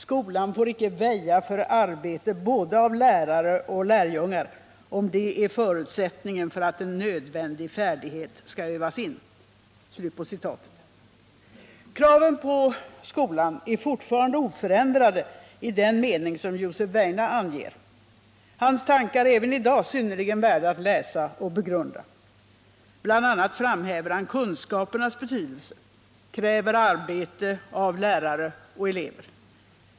Skolan får icke väja för arbete både av lärare och lärjungar, om det är förutsättningen för att en nödvändig färdighet skall övas in.” Kraven på skolan är fortfarande oförändrade i den mening som Josef Weijne anger. Hans tankar är även i dag värda att läsa och begrunda. Bl. a. framhäver han kunskapernas betydelse och kräver arbete av lärare och elever.